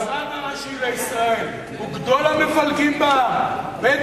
שהרב הראשי לישראל הוא גדול המפלגים בעם,